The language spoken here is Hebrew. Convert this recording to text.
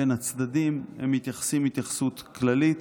בין הצדדים, הם מתייחסים התייחסות כללית.